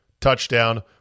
touchdown